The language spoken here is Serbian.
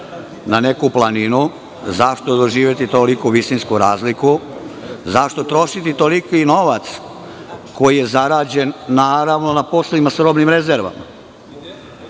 na neku planinu, zašto doživeti toliku visinsku razliku? Zašto trošiti toliki novac koji je zarađen, naravno, na poslovima sa robnim rezervama? Dakle,